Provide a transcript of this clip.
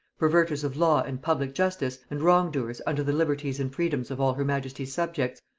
perverters of law and public justice, and wrong-doers unto the liberties and freedoms of all her majesty's subjects,